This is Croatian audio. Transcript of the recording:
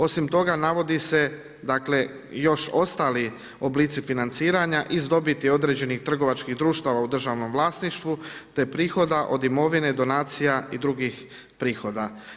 Osim toga, navodi se još ostali oblici financiranja iz dobiti određenih trgovačkih društava u državnom vlasništvu te prihoda od imovine, donacija i drugih prihoda.